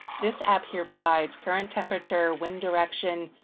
this app here provides current temperature, wind direction,